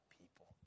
people